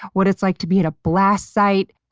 what it's like to be at a blast site,